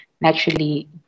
naturally